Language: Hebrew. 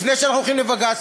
לפני שאנחנו הולכים לבג"ץ.